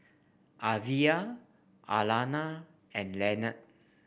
Alyvia Alayna and Lenard